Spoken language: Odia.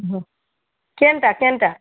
ହଁ କେନ୍ଟା କେନ୍ଟା